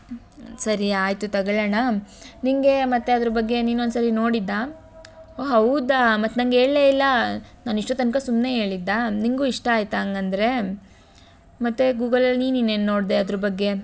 ಸರಿ ಆಯಿತು ತಗೊಳ್ಳೋಣ ನಿನಗೆ ಮತ್ತೆ ಅದರ ಬಗ್ಗೆ ನೀನೊಂದು ಸರಿ ನೋಡಿದ್ಯಾ ಓ ಹೌದಾ ಮತ್ತೆ ನಂಗೆ ಹೇಳ್ಲೇ ಇಲ್ಲ ನಾನು ಇಷ್ಟೊತ್ತನಕ ಸುಮ್ಮನೆ ಹೇಳಿದ್ದಾ ನಿನಗು ಇಷ್ಟ ಆಯಿತಾ ಹಂಗಂದ್ರೇ ಮತ್ತೆ ಗೂಗಲಲ್ಲಿ ನೀನು ಇನ್ನೇನು ನೋಡಿದೆ ಅದರ ಬಗ್ಗೆ